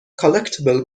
collectible